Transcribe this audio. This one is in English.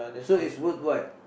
so is worth what